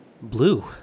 blue